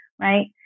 right